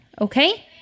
okay